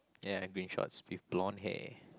ya green shorts with blond hair